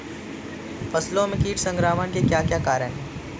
फसलों में कीट संक्रमण के क्या क्या कारण है?